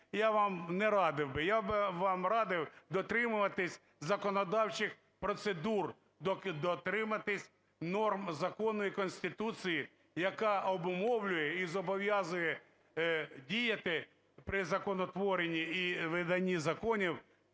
я вам не радив би, я би вам радив дотримуватися законодавчих процедур, дотримуватися норм закону і Конституції, які обумовлюють і зобов'язують діяти при законотворенні і виданні законів